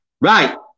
Right